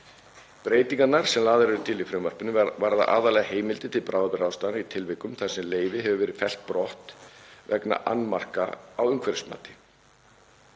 Breytingarnar sem lagðar eru til í frumvarpinu varða aðallega heimildir til bráðabirgðaráðstafana í tilvikum þar sem leyfi hefur verið fellt brott vegna annmarka á umhverfismati.